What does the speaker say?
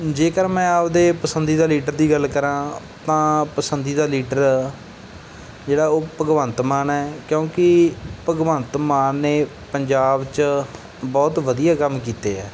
ਜੇਕਰ ਮੈਂ ਆਪਦੇ ਪਸੰਦੀਦਾ ਲੀਡਰ ਦੀ ਗੱਲ ਕਰਾਂ ਤਾਂ ਪਸੰਦੀਦਾ ਲੀਡਰ ਜਿਹੜਾ ਉਹ ਭਗਵੰਤ ਮਾਨ ਹੈ ਕਿਉਂਕਿ ਭਗਵੰਤ ਮਾਨ ਨੇ ਪੰਜਾਬ 'ਚ ਬਹੁਤ ਵਧੀਆ ਕੰਮ ਕੀਤੇ ਹੈ